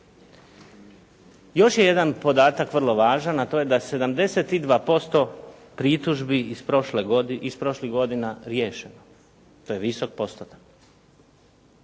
Još je jedan podatak vrlo važan, a to je da 72% pritužbi iz prošlih godina riješeno. To je visok postotak.